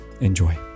enjoy